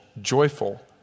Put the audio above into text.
joyful